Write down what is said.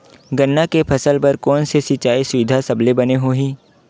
गन्ना के फसल बर कोन से सिचाई सुविधा सबले बने होही?